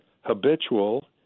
habitual